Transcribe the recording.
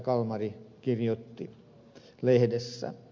kalmari kirjoitti lehdessä